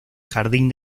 jardín